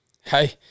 hey